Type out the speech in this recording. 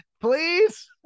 Please